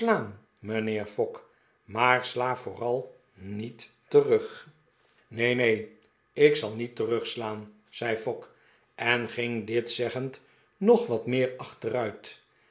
mijnheer fogg maar sla vooral niet terug neen neen ik zal niet terugslaan zei fogg en ging dit zeggend nog wat meer achteruit